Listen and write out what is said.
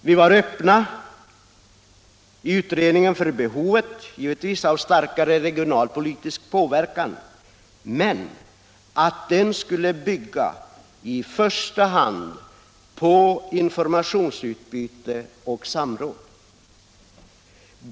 Vi var i utredningen givetvis öppna för behovet av starkare regionalpolitisk påverkan men ansåg att den ändå skulle bygga i första hand på informationsutbyte och samråd.